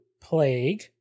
plague